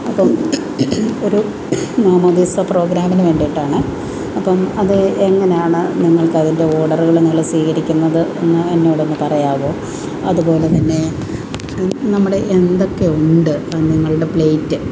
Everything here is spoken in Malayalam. അപ്പം ഒരു മാമോദീസ പ്രോഗ്രാമിനു വേണ്ടിയിട്ടാണ് അപ്പം അത് എങ്ങനെയാണ് നിങ്ങൾക്കതിൻ്റെ ഓർഡറുകൾ നിങ്ങൾ സ്വീകരിക്കുന്നത് ഒന്ന് എന്നോടൊന്നു പറയാമോ അതുപോലെ തന്നെ നമ്മുടെ എന്തൊക്കെ ഉണ്ട് നിങ്ങളുടെ പ്ലേറ്റ്